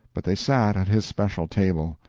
but they sat at his special table.